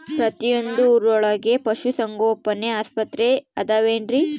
ಪ್ರತಿಯೊಂದು ಊರೊಳಗೆ ಪಶುಸಂಗೋಪನೆ ಆಸ್ಪತ್ರೆ ಅದವೇನ್ರಿ?